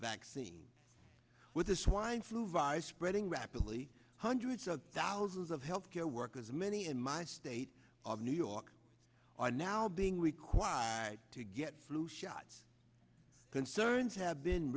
vaccine with the swine flu virus spreading rapidly hundreds of thousands of health care workers many in my state of new york are now being required to get flu shots concerns have been